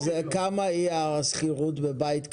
מה תהיה השכירות בבית כזה?